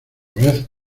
vez